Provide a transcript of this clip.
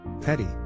Petty